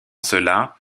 cela